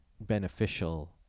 beneficial